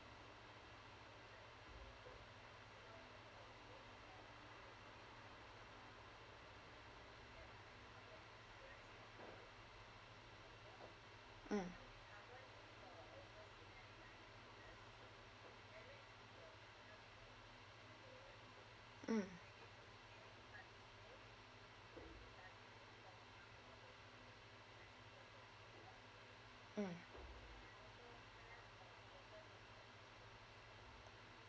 mm mm mm